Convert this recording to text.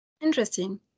Interesting